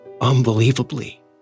Unbelievably